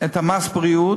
את מס הבריאות,